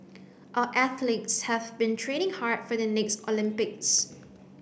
our athletes have been training hard for the next Olympics